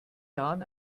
jahren